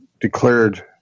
declared